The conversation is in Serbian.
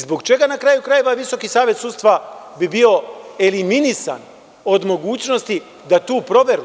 Zbog čega je na kraju krajeva VSS, zašto bi bio eliminisan od mogućnosti da tu proveru